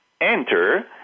Enter